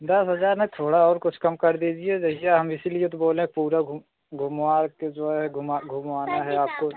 दस हज़ार नहीं थोड़ा और कुछ कम कर दीजिए जैसे हम इसीलिए तो बोले पूरा घुमवाकर जो है घुमा घुमवाना है आपको